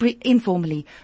informally